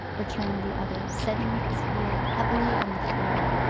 returned the other, setting his heel heavily on the floor.